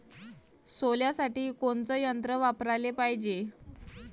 सोल्यासाठी कोनचं यंत्र वापराले पायजे?